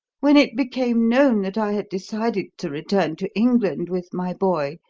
when it became known that i had decided to return to england with my boy,